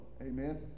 amen